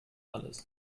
alles